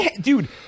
Dude